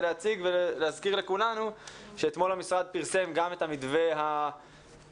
להזכיר לכולנו שאתמול המשרד פרסם גם את המתווה הפדגוגי,